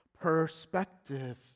perspective